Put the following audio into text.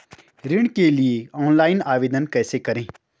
ऋण के लिए ऑनलाइन आवेदन कैसे करें?